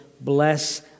bless